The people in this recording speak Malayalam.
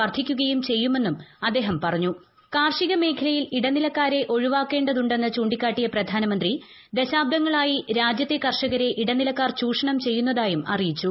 വർധിക്കുകയും ചെയ്യുമെന്നും കാർഷികമേഖലയിൽ ഇടനിലക്കാർ ഒഴിവാക്കേണ്ടതുണ്ടെന്ന് ചൂണ്ടിക്കാട്ടിയ പ്രധാനമന്ത്രി ദശാബ്ദങ്ങളായി രാജ്യത്തെ കർഷകരെ ഇടനിലക്കാർ ചൂഷണം ചെയ്യുന്നതായും അറിയിച്ചു